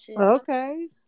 Okay